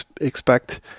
expect